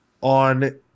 On